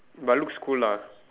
but looks cool lah